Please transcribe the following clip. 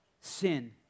sin